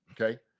Okay